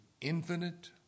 infinite